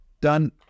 done